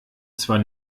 zwar